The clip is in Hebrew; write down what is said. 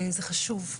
זה חשוב,